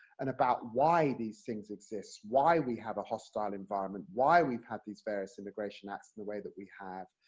and about why these things exist, why we have a hostile environment, why we've had these various immigration acts the way that we have.